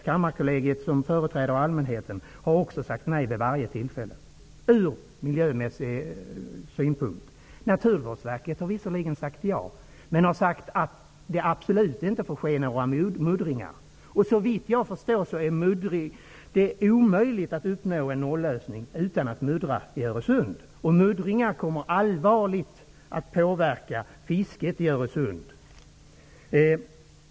Kammarkollegiet, som företräder allmänheten, har också vid varje tillfälle sagt nej, från miljömässig synpunkt. Naturvårdsverket har visserligen sagt ja, men det får absolut inte ske några muddringar. Såvitt jag förstår är det omöjligt att uppnå en nollösning utan att muddra i Öresund. Muddringar kommer allvarligt att påverka fisket i Öresund.